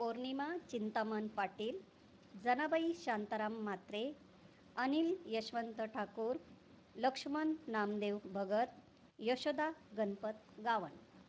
पोर्निमा चिंतामन पाटील जनाबाई शांताराम म्हात्रे अनिल यशवंत ठाकूर लक्षुमन नामदेव भगत यशोदा गणपत गावन